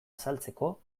azaltzeko